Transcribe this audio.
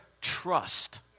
trust